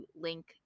link